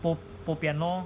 bo bo pian lor